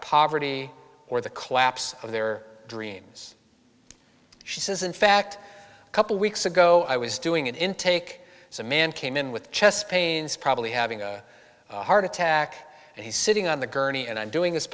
poverty or the collapse of their dreams she says in fact a couple weeks ago i was doing an intake some man came in with chest pains probably having a heart attack and he's sitting on the gurney and i'm doing this